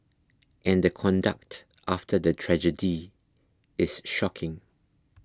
and the conduct after the tragedy is shocking